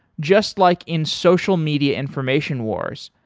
just like in social media information wars,